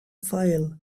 file